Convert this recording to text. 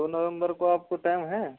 दो नवंबर को आपको टाइम है